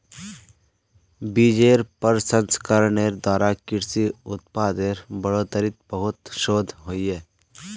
बिजेर प्रसंस्करनेर द्वारा कृषि उत्पादेर बढ़ोतरीत बहुत शोध होइए